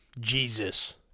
Jesus